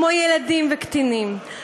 כמו ילדים וקטינים,